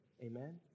Amen